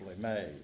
made